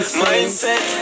mindset